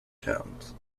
towns